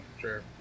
Sure